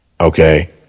okay